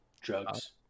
Drugs